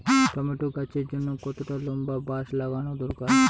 Tomato গাছের জন্যে কতটা লম্বা বাস লাগানো দরকার?